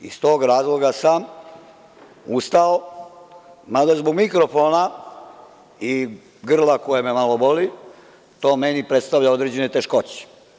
Iz tog razloga sam ustao, mada zbog mikrofona i grla koje me malo boli, to meni predstavlja određene teškoće.